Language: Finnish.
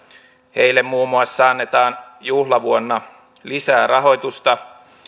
heille muun muassa annetaan juhlavuonna lisää rahoitusta